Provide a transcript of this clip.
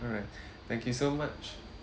alright thank you so much